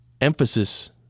emphasis